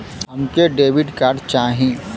हमके debit card चाही?